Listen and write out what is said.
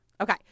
Okay